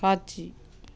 காட்சி